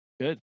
good